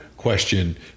Question